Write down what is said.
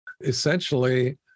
Essentially